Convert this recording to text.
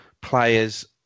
players